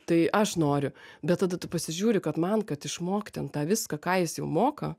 tai aš noriu bet tada tu pasižiūri kad man kad išmokt ten tą viską ką jis jau moka